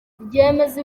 ryemeza